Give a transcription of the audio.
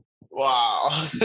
Wow